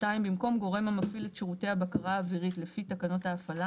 במקום "גורם המפעיל את שירותי הבקרה האווירית לפי תקנות ההפעלה"